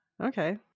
okay